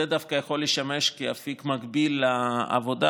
זה דווקא יכול לשמש כאפיק מקביל לעבודה